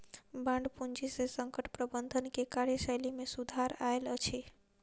bond पूंजी से संकट प्रबंधन के कार्यशैली में सुधार आयल अछि